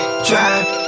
Drive